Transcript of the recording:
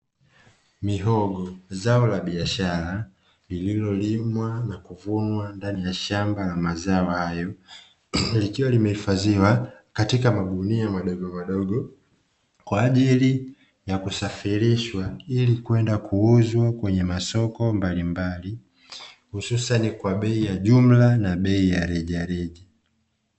Mihogo zao la biashara lililolimwa na kuvunwa ndani ya shamba la mazao hayo, likiwa limehifadhiwa katika magunia madogomadogo kwa ajili ya kusafirishwa ili kwenda kuuzwa kwenye masoko mbalimbali, hususani kwa bei ya jumla na bei ya rejareja.